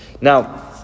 Now